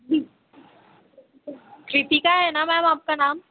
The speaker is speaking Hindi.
जी कृतिका है ना मैंम आपका नाम